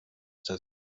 der